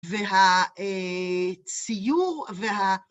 והציור וה...